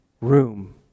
room